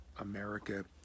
America